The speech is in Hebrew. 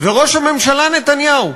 וראש הממשלה נתניהו.